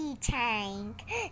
tank